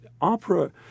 opera